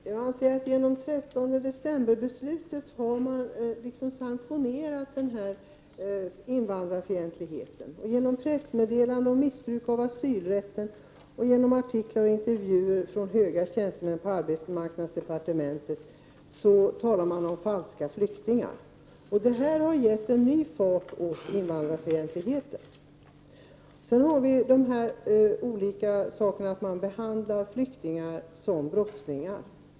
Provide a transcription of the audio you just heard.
Herr talman! Jag anser att invandrarfientligheten har sanktionerats i och med 13-decemberbeslutet. I pressmeddelanden talas om missbruk av asylrätten och i artiklar och intervjuer med höga tjänstemän från arbetsmarknadsdepartementet talas det om falska flyktingar. Detta har gett ny fart åt invandrarfientligheten. Vidare har vi detta med att flyktingar behandlas som brottslingar.